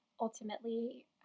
ultimately